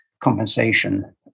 compensation